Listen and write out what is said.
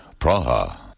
Praha